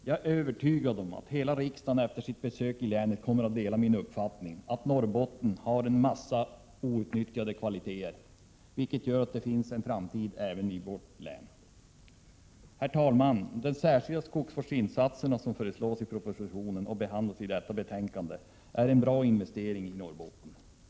Jag är övertygad om att hela riksdagen efter sitt besök i länet kommer att dela min uppfattning att Norrbotten har en mängd outnyttjade kvaliteter, vilket gör att det finns en framtid även i vårt län. Herr talman! De särskilda skogsvårdsinsatser som föreslås i propositionen och behandlas i detta betänkande är en bra investering i Norrbotten.